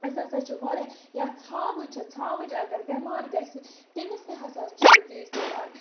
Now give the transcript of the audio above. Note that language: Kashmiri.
اَسۍ ہَسا چھِ واریاہ یَتھ ژھاوٕج چھِ ژھاوٕج اَگر بٮ۪مار گَژھِ تٔمِس تہِ ہَسا چھِ دِوان